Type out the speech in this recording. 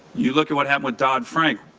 you look at what happened with dodd-frank,